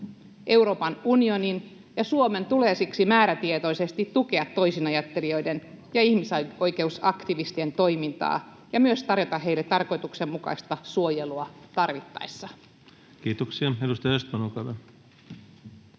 Euroopan unionin ja Suomen tulee siksi määrätietoisesti tukea toisinajattelijoiden ja ihmisoikeusaktivistien toimintaa ja myös tarjota heille tarkoituksenmukaista suojelua tarvittaessa. Kiitoksia. — Edustaja Östman, olkaa